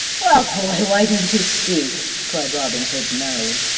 well, boy, why don't you speak? cried robin hood merrily.